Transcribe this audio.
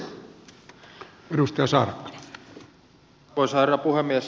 arvoisa herra puhemies